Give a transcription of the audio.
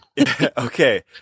okay